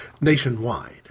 nationwide